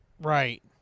right